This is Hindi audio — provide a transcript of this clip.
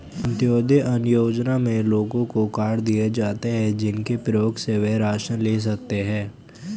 अंत्योदय अन्न योजना में लोगों को कार्ड दिए जाता है, जिसके प्रयोग से वह राशन ले सकते है